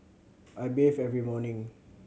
I bathe every morning